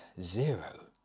Zero